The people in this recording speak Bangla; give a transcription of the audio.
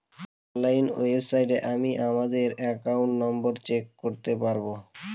অনলাইন ওয়েবসাইটে আমি আমাদের একাউন্ট নম্বর চেক করতে পারবো